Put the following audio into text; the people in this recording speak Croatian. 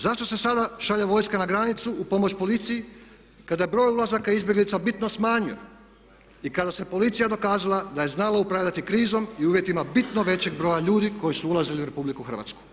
Zašto se sada šalje vojska na granicu u pomoć policiji kada se broj ulazaka izbjeglica bitno smanjio i kada se policija dokazala da je znala upravljati krizom i uvjetima bitno većeg broja ljudi koji su ulazili u Republiku Hrvatsku?